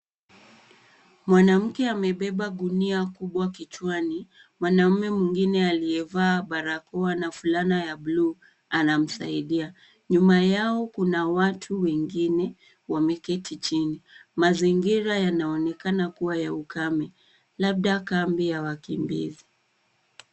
Mwanamke amebeba gunia kubwa kichwani. Mwanaume mwingine aliyevaa barakoa na fulana ya bluu anamsaidia. Nyuma yao kuna watu wengine wameketi chini. Mazingira yanaonekana kuwa ya ukame, labda kambi ya wakimbizi.